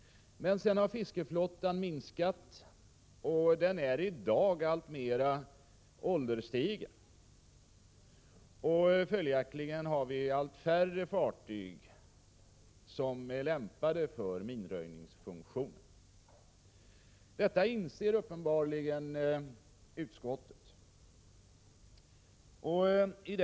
Men sedan har fiskeflottan minskat, och den har i dag blivit alltmer ålderstigen. Följaktligen har vi allt färre fartyg som är lämpade för minröjningsfunktion. Detta inser uppenbarligen utskottet.